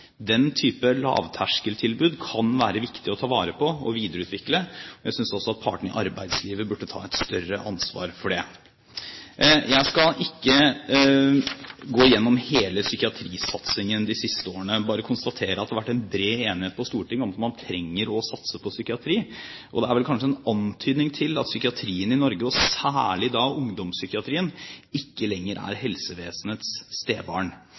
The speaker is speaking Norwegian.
Den type lavterskeltilbud kan det være viktig å ta vare på og videreutvikle. Jeg synes også at partene i arbeidslivet burde ta et større ansvar for det. Jeg skal ikke gå igjennom hele psykiatrisatsingen de siste årene, bare konstatere at det har vært bred enighet på Stortinget om at man trenger å satse på psykiatri. Og det er vel kanskje en antydning til at psykiatrien i Norge, særlig ungdomspsykiatrien, ikke lenger er